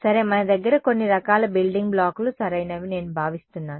సరే మన దగ్గర కొన్ని రకాల బిల్డింగ్ బ్లాక్లు సరైనవని నేను భావిస్తున్నాను